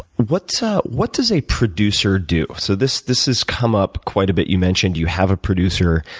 what so what does a producer do? so this this has come up quite a bit. you mentioned you have a producer,